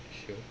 this year